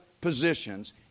positions